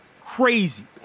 Crazy